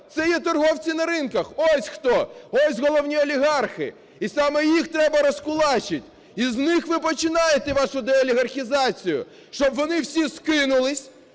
це є торговці на ринках - ось хто, ось головні олігархи, і саме їх треба розкулачити. І з них ви починаєте вашу деолігархізацію, щоб вони всі скинулися,